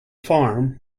farm